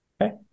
Okay